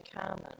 common